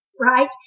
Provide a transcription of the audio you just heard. right